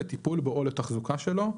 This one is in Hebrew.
לטיפול בו או לתחזוקה שלו".